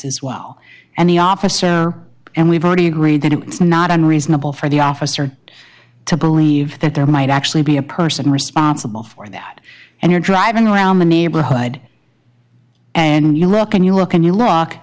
as well and the officer and we've already agreed that it's not unreasonable for the officer to believe that there might actually be a person responsible for that and you're driving around the neighborhood and you look and you look and you look